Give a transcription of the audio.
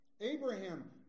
Abraham